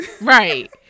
right